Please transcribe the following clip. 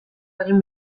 egin